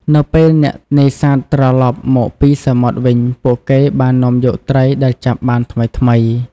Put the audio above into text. នៅពេលអ្នកនេសាទត្រឡប់មកពីសមុទ្រវិញ ពួកគេបាននាំយកត្រីដែលចាប់បានថ្មីៗ។